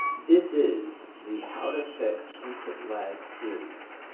this is the how to fix input lag series.